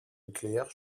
nucléaires